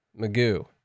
Magoo